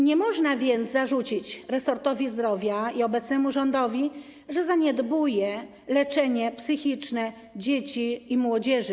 Nie można więc zarzucić resortowi zdrowia i obecnemu rządowi, że zaniedbuje leczenie psychiczne dzieci i młodzieży.